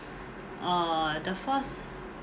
uh the first